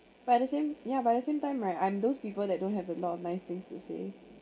but at the same yeah but the same time right I'm those people that don't have a lot of nice things to say